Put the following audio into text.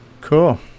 Cool